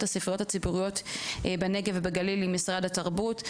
הספריות הציבוריות בנגב ובגליל עם משרד התרבות.